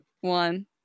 one